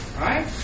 right